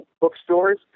bookstores